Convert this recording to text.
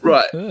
Right